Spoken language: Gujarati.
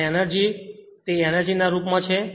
અને એનર્જી તે એનર્જી ના રૂપ માં છે